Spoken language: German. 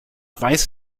weiß